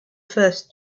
first